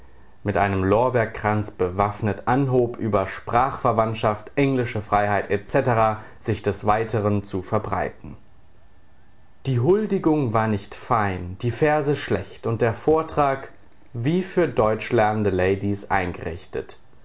mit einem lorbeerkranz bewaffnet anhob über sprachverwandtschaft englische freiheit etc sich des weiteren zu verbreiten die huldigung war nicht fein die verse schlecht und der vortrag wie für deutschlernende ladies eingerichtet